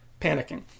panicking